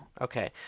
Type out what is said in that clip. Okay